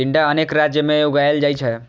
टिंडा अनेक राज्य मे उगाएल जाइ छै